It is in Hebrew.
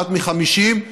אחת מ-50,